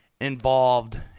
involved